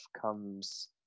comes